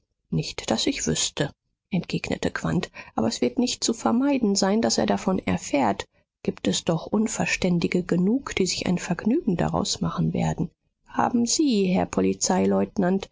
nicht daß ich wüßte entgegnete quandt aber es wird nicht zu vermeiden sein daß er davon erfährt gibt es doch unverständige genug die sich ein vergnügen daraus machen werden haben sie herr